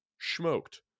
smoked